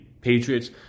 Patriots